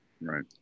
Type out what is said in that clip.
Right